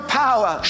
power